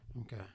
Okay